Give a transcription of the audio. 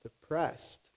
depressed